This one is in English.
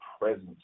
presence